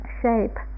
shape